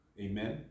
Amen